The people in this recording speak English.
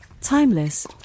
timeless